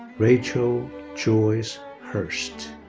rachel joyce hurst.